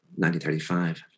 1935